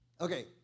Okay